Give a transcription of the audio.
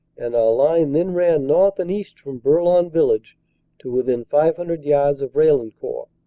and our line then ran north and east from bourlon village to within five hundred yards of raillencourt,